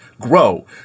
grow